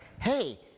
hey